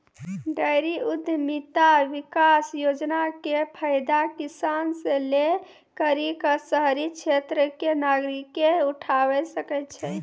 dairy उद्यमिता विकास योजना के फायदा किसान से लै करि क शहरी क्षेत्र के नागरिकें उठावै सकै छै